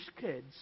kids